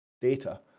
data